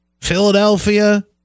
Philadelphia